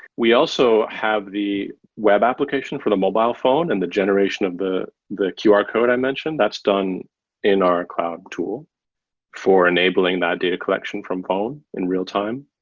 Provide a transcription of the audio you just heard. we also have the web application for the mobile phone and the generation of the the qr code i mentioned. that's done in our cloud tool for enabling that data collection from phone in real-time.